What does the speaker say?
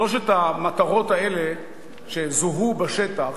שלוש המטרות האלה שזוהו בשטח,